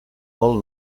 vol